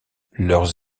leurs